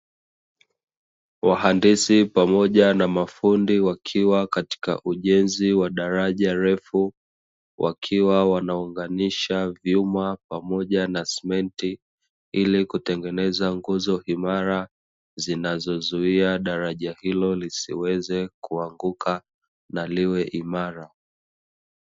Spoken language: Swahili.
Wahandisi pamoja na mafundi, wakiwa katika ujenzi wa daraja refu, wakiwa wanaunganisha vyuma pamoja na simenti ili kutengeneza nguzo imara zinazozuia daraja hilo lisiweze kuanguka na liwe imara.